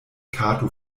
kato